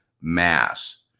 mass